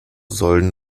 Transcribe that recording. sollen